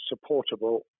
supportable